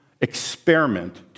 experiment